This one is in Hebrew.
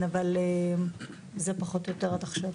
זה פחות או יותר עד עכשיו.